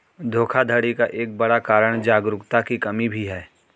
धोखाधड़ी का एक बड़ा कारण जागरूकता की कमी भी है